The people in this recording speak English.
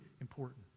important